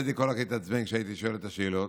טדי קולק התעצבן כשהייתי שואל את השאלות.